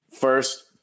first